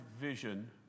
vision